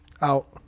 out